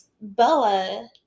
Bella